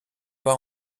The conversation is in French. pas